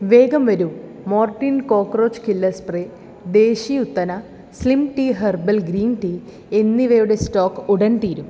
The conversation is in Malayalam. വേഗം വരൂ Mortein cockroach killer spray desi ഉത്തന slim tea herbal green tea എന്നിവയുടെ സ്റ്റോക് ഉടൻ തീരും